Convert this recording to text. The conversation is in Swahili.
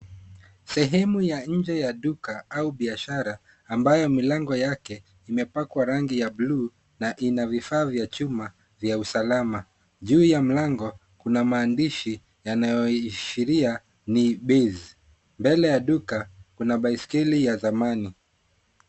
Sehemu ya nje ya duka au biashara ambayo milango yake, imepakwa rangi ya bluu na ina vifaa vya chuma vya usalama. Juu ya mlango kuna maandishi yanayoashiria ni baze . Mbele ya duka kuna baiskeli ya thamani.